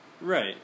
Right